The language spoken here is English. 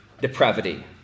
depravity